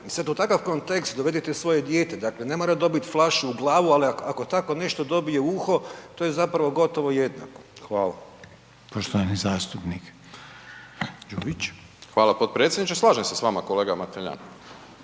I sad u takav kontekst dovedite svoje dijete, dakle ne mora dobiti flašu u glavu, ali ako tako nešto dobije u uho to je zapravo gotovo jednako. Hvala. **Reiner, Željko (HDZ)** Poštovani zastupnik Đujić. **Đujić, Saša (SDP)** Hvala potpredsjedniče. Slažem se s vama kolega Mateljan,